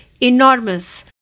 enormous